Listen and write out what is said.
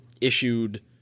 issued